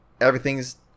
Everything's